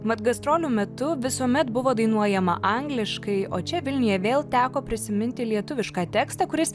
mat gastrolių metu visuomet buvo dainuojama angliškai o čia vilniuje vėl teko prisiminti lietuvišką tekstą kuris